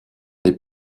les